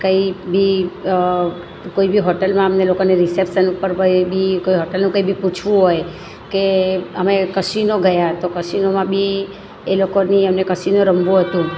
કંઈ બી કોઈ બી હોટલમાં અમને લોકોને રિસેપ્શન ઉપર પણ બી હોટલનું કંઈ બી પૂછવું હોય કે અમે કસીનો ગયા તો કસિનોમાં બી એ લોકોની અમને કસિનો રમવો હતો